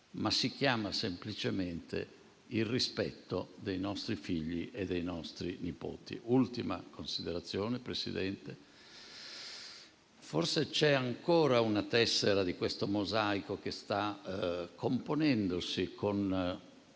ma si chiama semplicemente rispetto dei nostri figli e dei nostri nipoti. Un'ultima considerazione, Presidente: forse c'è ancora una tessera di questo mosaico, che si sta componendo con